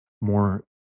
more